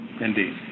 indeed